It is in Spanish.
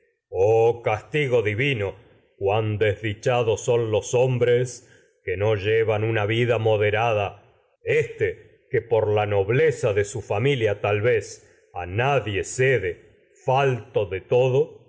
castigo divino que no desdichados moderada los hombres llevan su una éste que por la nobleza de familia tal la vida e vez a nadie cede falto de todo